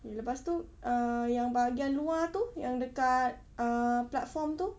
lepas itu uh yang bahagian luar itu yang dekat uh platform itu